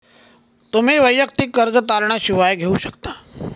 तुम्ही वैयक्तिक कर्ज तारणा शिवाय घेऊ शकता